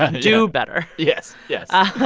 do better yes, yes but